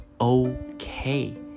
okay